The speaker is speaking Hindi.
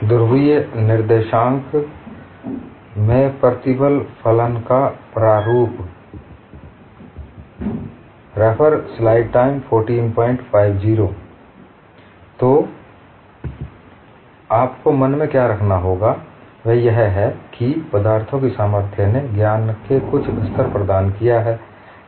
ध्रुवीय निर्देशांक में प्रतिबल फलन का प्रारूप तो आपको मन में क्या रखना होगा वह यह है कि पदार्थों की सामर्थ्य ने ज्ञान के कुछ स्तर प्रदान किया है